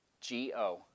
G-O